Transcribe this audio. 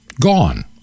gone